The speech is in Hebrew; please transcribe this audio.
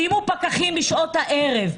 שימו פקחים בשעות הערב,